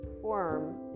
form